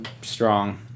strong